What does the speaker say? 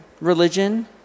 religion